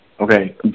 Okay